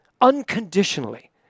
unconditionally